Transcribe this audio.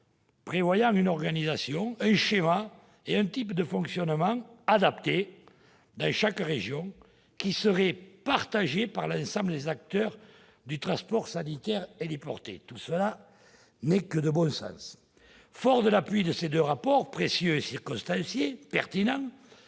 prévoyant une organisation, un schéma et un type de fonctionnement adapté dans chaque région, et qui serait partagée par l'ensemble des acteurs du transport sanitaire héliporté. Tout cela est de bon sens. Fort de l'appui de ces deux rapports pertinents, précieux et circonstanciés, je